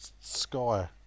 Sky